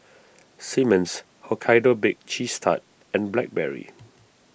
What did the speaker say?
Simmons Hokkaido Baked Cheese Tart and Blackberry